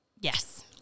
Yes